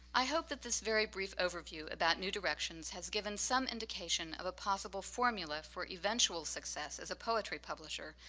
i hope that this very brief overview about new direction's has given some indication of a possible formula for eventual success as a poetry publisher,